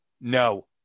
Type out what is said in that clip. no